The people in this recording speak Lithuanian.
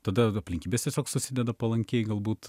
tada aplinkybės tiesiog susideda palankiai galbūt